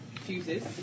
fuses